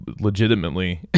legitimately